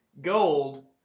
gold